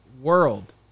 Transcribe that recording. world